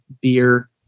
Beer